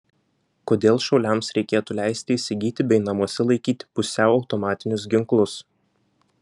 kodėl šauliams reikėtų leisti įsigyti bei namuose laikyti pusiau automatinius ginklus